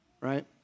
right